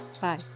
Bye